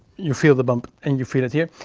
you feel the bump and you feel it here,